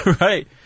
Right